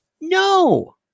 No